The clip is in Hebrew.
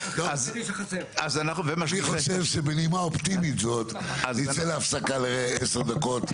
אני חושב שבנימה אופטימית זאת נצא להפסקה לעשר דקות,